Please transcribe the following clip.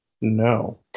no